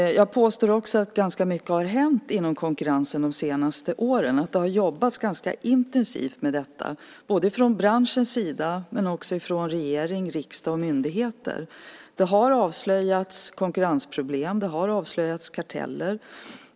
Jag påstår också att ganska mycket har hänt när det gäller konkurrensen de senaste åren. Det har jobbats ganska intensivt med detta både från branschens sida och från regeringen, riksdag och myndigheter. Det har avslöjats konkurrensproblem och karteller.